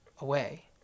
away